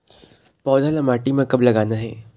पौधा ला माटी म कब लगाना हे?